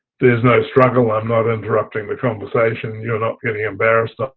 there's no struggle, i'm not interrupting the conversation, you're not getting embarrassed,